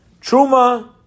Truma